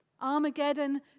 Armageddon